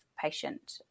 patient